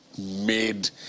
made